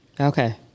Okay